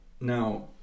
now